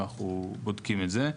ואנחנו בודקים את זה.